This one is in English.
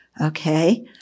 Okay